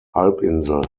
halbinsel